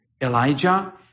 Elijah